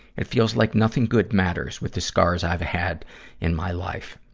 it feels like nothing good matters, with the scars i've had in my life.